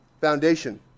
foundation